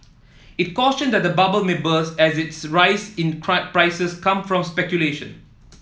it cautioned that the bubble may burst as its rise in price come from speculation